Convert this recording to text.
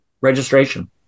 registration